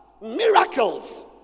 miracles